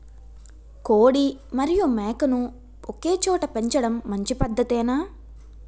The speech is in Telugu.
కోడి మరియు మేక ను ఒకేచోట పెంచడం మంచి పద్ధతేనా?